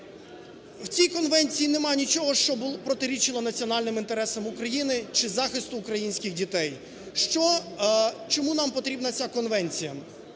В цій конвенції нема нічого, що би протирічило б національним інтересам України чи захисту українських дітей. Чому нам потрібна ця конвенція?